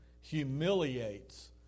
humiliates